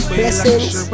blessings